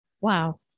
Wow